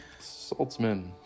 Saltzman